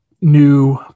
new